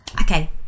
Okay